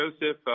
Joseph